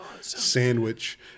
sandwich